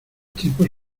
tipos